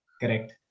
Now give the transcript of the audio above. Correct